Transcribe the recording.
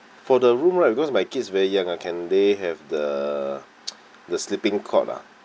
for the room right because my kids very young ah can they have the the sleeping cot ah